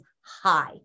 high